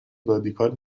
رادیکال